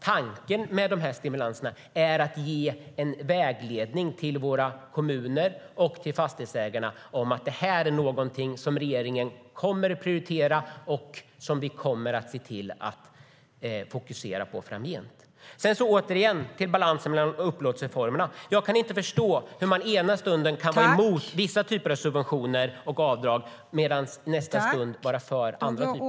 Tanken med stimulanserna är alltså att ge en fingervisning till våra kommuner och till fastighetsägarna om att regeringen kommer att prioritera och fokusera på det här framgent.